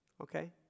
okay